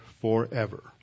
forever